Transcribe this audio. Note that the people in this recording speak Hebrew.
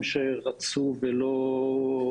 עד עכשיו חוסנו 3,714. מתוכם 362 בביקורי בית.